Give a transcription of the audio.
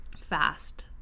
fast